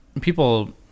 people